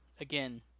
again